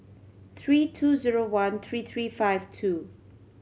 three two zero one three three five two